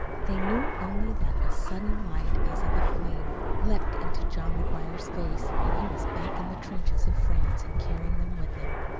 they knew only that a sudden light as of a flame leaped into john mcguire's face and he was back in the trenches of france and carrying them with him.